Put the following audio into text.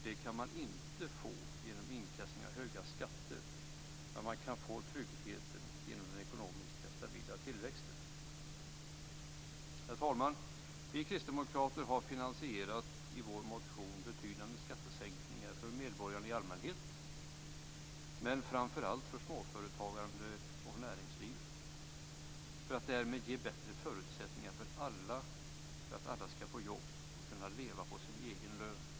Det kan man inte få genom inkassering av höga skatter men man kan få trygghet genom en ekonomisk och stabil tillväxt. Herr talman! Vi kristdemokrater har i vår motion finansierat betydande skattesänkningar för medborgarna i allmänhet, men framför allt för småföretagare och näringslivet, för att därmed ge bättre förutsättningar för att alla skall få jobb och kunna leva på sin egen lön.